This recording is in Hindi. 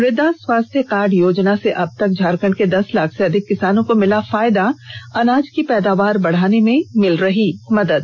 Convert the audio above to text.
मृदा स्वास्थ्य कार्ड योजना से अब तक झारखंड के दस लाख से अधिक किसानों को मिला फायदा अनाज की पैदावार बढ़ाने में मिल रही है मदद